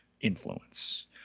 influence